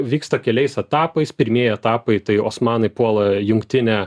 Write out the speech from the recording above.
vyksta keliais etapais pirmieji etapai tai osmanai puola jungtinę